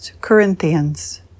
Corinthians